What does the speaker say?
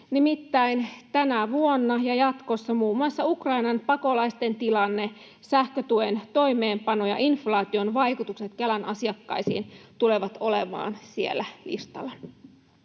nimittäin tänä vuonna ja jatkossa muun muassa Ukrainan pakolaisten tilanne, sähkötuen toimeenpano ja inflaation vaikutukset Kelan asiakkaisiin tulevat olemaan siellä listalla.